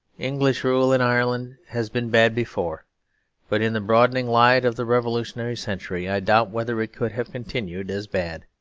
english rule in ireland had been bad before but in the broadening light of the revolutionary century i doubt whether it could have continued as bad,